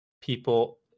people